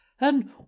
And